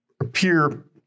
appear